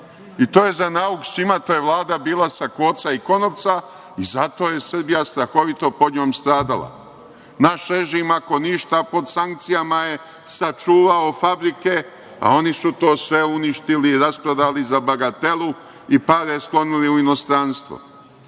i to je za nauk svima. To je Vlada bila sa koca i konopca i zato je Srbija strahovito pod njom stradala. Naš režim, ako ništa, pod sankcijama je sačuvao fabrike, a oni su to sve uništili i rasprodali za bagatelu i pare sklonili u inostranstvo.